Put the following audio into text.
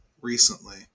recently